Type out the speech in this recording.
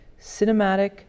cinematic